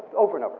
over and over,